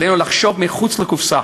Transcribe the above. עלינו לחשוב מחוץ לקופסה